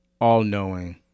all-knowing